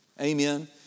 Amen